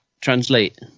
translate